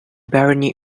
barony